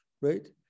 right